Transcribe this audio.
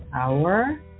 Hour